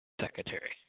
Secretary